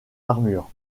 armure